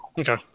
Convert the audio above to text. Okay